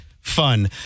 fun